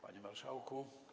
Panie Marszałku!